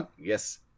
Yes